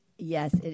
Yes